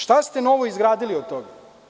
Šta ste novo izgradili od toga?